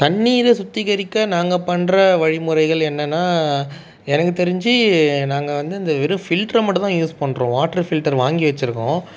தண்ணிரை சுத்திகரிக்க நாங்கள் பண்ணுற வழிமுறைகள் என்னென்னா எனக்கு தெரிஞ்சி நாங்கள் வந்து அந்த வெறும் ஃபில்ட்ரை மட்டும்தான் யூஸ் பண்ணுறோம் வாட்டரு பில்ட்ரை வாங்கி வச்சிருக்கோம்